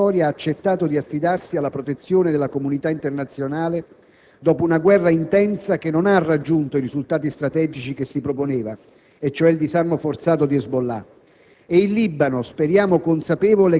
Israele che, per la prima volta nella sua storia, ha accettato di affidarsi alla protezione della comunità internazionale dopo una guerra intensa che non ha raggiunto i risultati strategici che si proponeva, e cioè il disarmo forzato di Hezbollah.